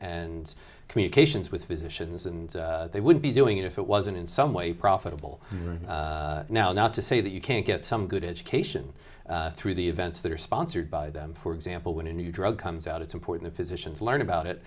and communications with physicians and they would be doing it if it wasn't in some way profitable now not to say that you can't get some good education through the events that are sponsored by them for example when a new drug comes out it's important physicians learn about it